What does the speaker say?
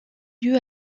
lieu